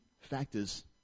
factors